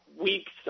weeks